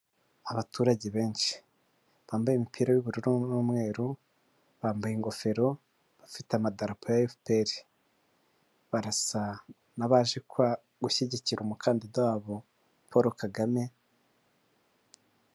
Abaturage benshi bambaye imipira y'ubururu n'umweru bambaye ingofero bafite amadarapo efuperi barasa n'abaje gushyigikira umukandida wabo Paul Kagame.